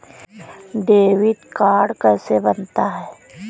Debit card कैसे बनता है?